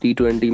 T20